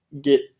get